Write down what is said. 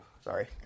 Sorry